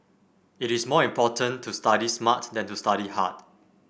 it is more important to study smart than to study hard